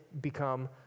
become